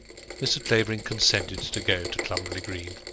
mr. clavering consented to go to cumberly green,